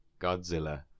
Godzilla